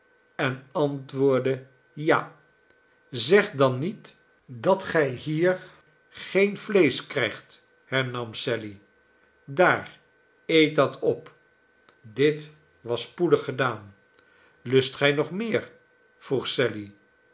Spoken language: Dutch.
en antwoordde ja zeg dan niet dat gij hier geen vleesch krijgt hernam sally daar eet dat op dit was spoedig gedaan lust gij nog meer vroeg sally